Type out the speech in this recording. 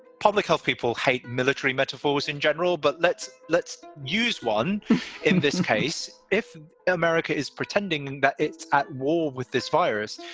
public health people hate military metaphors in general. but let's let's use one in this case. if america is pretending that it's at war with this virus,